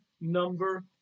number